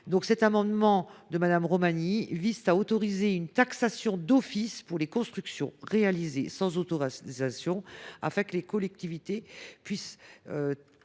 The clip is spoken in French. Cet amendement de Mme Romagny vise à autoriser une taxation d’office pour les constructions réalisées sans autorisation, afin que les collectivités puissent